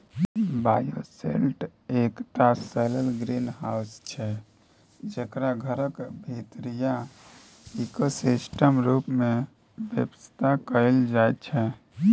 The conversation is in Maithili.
बायोसेल्टर एकटा सौलर ग्रीनहाउस छै जकरा घरक भीतरीया इकोसिस्टम रुप मे बेबस्था कएल जाइत छै